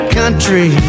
country